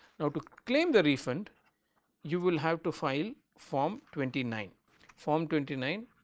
now to claim the refund you will have to file form twenty nine form twenty nine